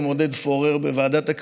כן, תמיד צריך לעודד את הזרמת